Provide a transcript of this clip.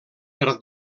per